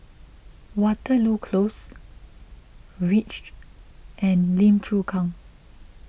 Waterloo Close Reach and Lim Chu Kang